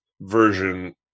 version